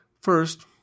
First